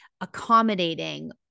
accommodating